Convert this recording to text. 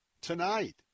tonight